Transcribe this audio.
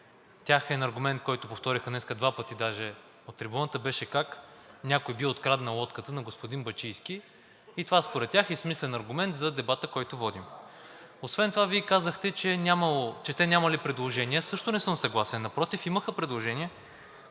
Техен аргумент, който повториха два пъти днес даже от трибуната, беше как някой бил откраднал лодката на господин Бачийски и това според тях е смислен аргумент за дебата, който водим. Освен това Вие казахте, че те нямали предложение. Също не съм съгласен. Напротив, имаха предложение.